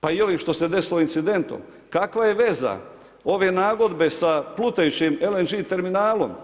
Pa i ovim što se desilo incidentom, kakva je veza ove nagodbe sa plutajućim LNG terminalom?